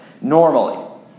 normally